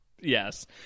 Yes